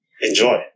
enjoy